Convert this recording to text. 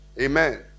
Amen